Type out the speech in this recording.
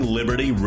Liberty